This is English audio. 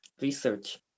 research